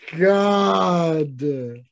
god